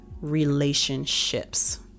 relationships